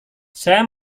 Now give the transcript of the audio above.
saya